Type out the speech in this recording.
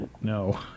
No